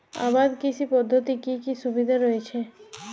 আবাদ কৃষি পদ্ধতির কি কি সুবিধা রয়েছে?